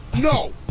No